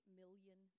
million